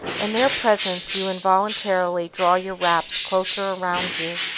in their presence you involuntarily draw your wraps closer around you,